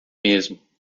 mesmo